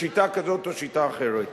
בשיטה כזאת או בשיטה אחרת.